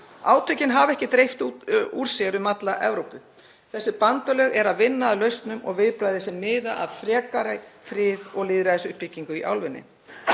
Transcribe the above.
Átökin hafa ekki dreift úr sér um alla Evrópu. Þessi bandalög eru að vinna að lausnum og viðbragði sem miðar að frekari friði og lýðræðisuppbyggingu í álfunni.